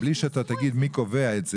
בלי שאתה תגיד מי קובע את זה,